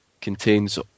contains